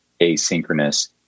asynchronous